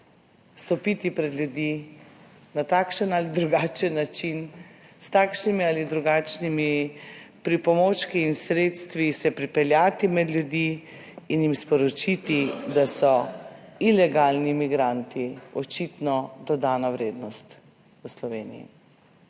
stopiti pred ljudi na takšen ali drugačen način, s takšnimi ali drugačnimi pripomočki in sredstvi se pripeljati med ljudi in jim sporočiti, da so ilegalni migranti očitno dodana vrednost v Sloveniji.